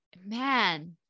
man